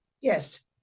Yes